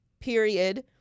period